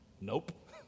Nope